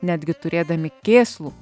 netgi turėdami kėslų